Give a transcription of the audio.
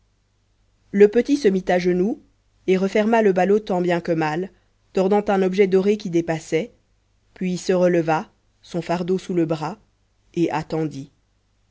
le petit se mit à genoux et referma le ballot tant bien que mal tordant un objet doré qui dépassait puis se releva son fardeau sous le bras et attendit